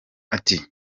ati